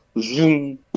zoom